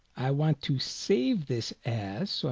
i want to save this as.